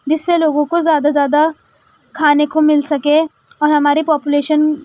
جس سے لوگوں کو زیادہ سے زیادہ کھانے کو مل سکے اور ہمارے پاپولیشن